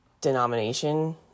denomination